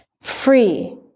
free